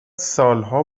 سالها